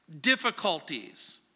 difficulties